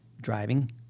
driving